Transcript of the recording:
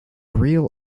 real